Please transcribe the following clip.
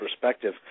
perspective